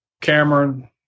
Cameron